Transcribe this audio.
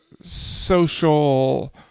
social